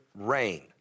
rain